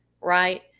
right